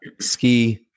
ski